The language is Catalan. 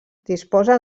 disposa